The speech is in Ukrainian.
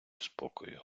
спокою